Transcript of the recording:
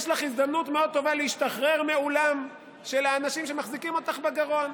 יש לך הזדמנות מאוד טובה להשתחרר מעולם של האנשים שמחזיקים אותך בגרון,